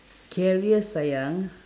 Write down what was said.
career sayang